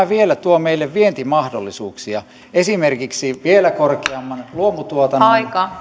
vielä tuo meille vientimahdollisuuksia esimerkiksi vielä korkeamman luomutuotannon